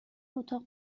اتاق